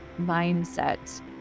mindset